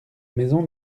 maison